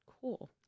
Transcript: Cool